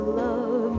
love